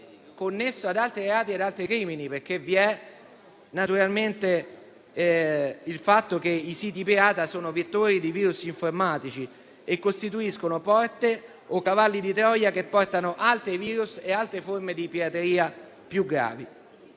connesso ad altri reati e ad altri crimini, perché i siti pirata sono vettori di virus informatici e costituiscono porte o cavalli di Troia per altri virus e altre forme di pirateria più gravi.